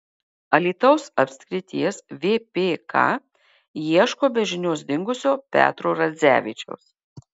alytaus apskrities vpk ieško be žinios dingusio petro radzevičiaus